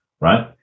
right